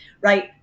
right